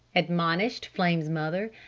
admonished flame's mother.